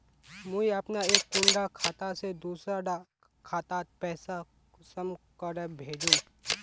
मुई अपना एक कुंडा खाता से दूसरा डा खातात पैसा कुंसम करे भेजुम?